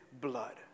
blood